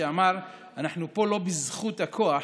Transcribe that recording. שאמר: אנחנו פה "לא בזכות הכוח